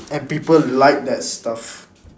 and people like that stuff